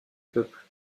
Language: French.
peuples